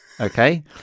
Okay